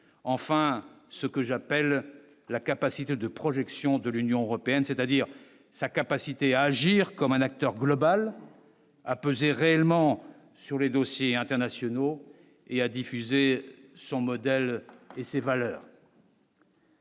enfin ce que j'appelle la capacité de projection de l'Union européenne, c'est-à-dire sa capacité à agir comme un acteur global à peser réellement sur les dossiers internationaux et à diffuser son modèle et ses valeurs.